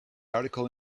article